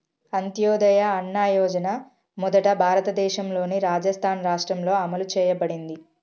అంత్యోదయ అన్న యోజన మొదట భారతదేశంలోని రాజస్థాన్ రాష్ట్రంలో అమలు చేయబడింది